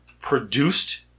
produced